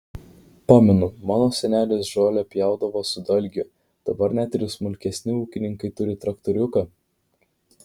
pamenu mano senelis žolę pjaudavo su dalgiu dabar net ir smulkesni ūkininkai turi traktoriuką